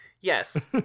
Yes